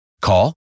Call